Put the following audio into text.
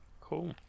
cool